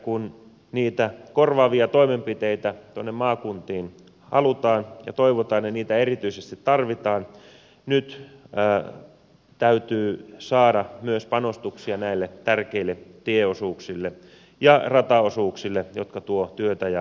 kun niitä korvaavia toimenpiteitä maakuntiin halutaan ja toivotaan ja niitä erityisesti tarvitaan nyt täytyy saada myös panostuksia näille tärkeille tieosuuksille ja rataosuuksille jotka tuovat työtä ja toimeentuloa